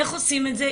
איך עושים את זה?